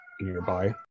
nearby